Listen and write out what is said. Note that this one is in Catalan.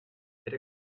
era